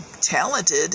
talented